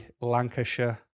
Lancashire